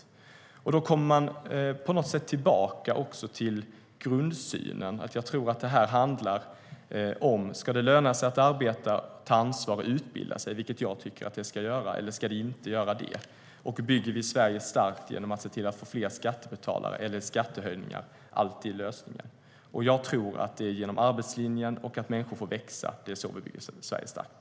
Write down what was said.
På något sätt kommer man tillbaka till grundsynen. Jag tror att det handlar om detta: Ska det löna sig att arbeta, ta ansvar och utbilda sig, vilket jag tycker att det ska göra? Eller ska det inte göra det? Bygger vi Sverige starkt genom att se till att få fler skattebetalare, eller är skattehöjningar alltid lösningen? Jag tror att det är genom arbetslinjen och att få människor att växa som vi bygger Sverige starkt.